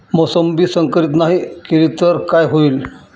मोसंबी संकरित नाही केली तर काय होईल?